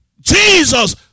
Jesus